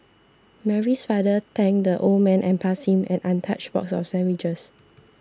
Mary's father thanked the old man and passed him an untouched box of sandwiches